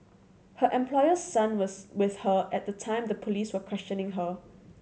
her employer's son was with her at the time the police were questioning her